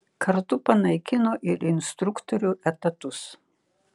kartu panaikino ir instruktorių etatus